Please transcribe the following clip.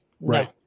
Right